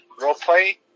Roleplay